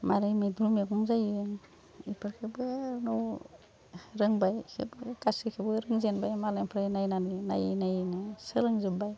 माबोरै मैद्रु मैगं जायो बेफोरखैबो रोंबाय बेखौबो गासैखौबो रोंजेनबाय मालायनिफ्राय नायनानै नायै नायैनो सोलोंजोब्बाय